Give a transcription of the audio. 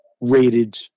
rated